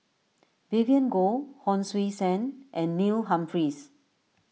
Vivien Goh Hon Sui Sen and Neil Humphreys